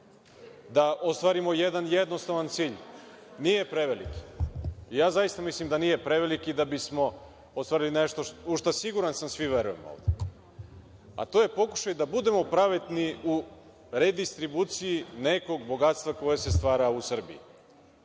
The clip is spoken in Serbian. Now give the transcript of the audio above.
da ostvarimo jedan jednostavan cilj. Nije preveliki. Ja zaista mislim da nije preveliki da bismo ostvarili nešto u šta, siguran sam, svi verujemo ovde. A to je pokušaj da budemo pravedni u redistribuciji nekog bogatstva koje se stvara u Srbiji. Suština